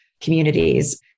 communities